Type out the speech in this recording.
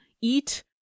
eat